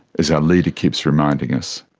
as our leader keeps reminding us.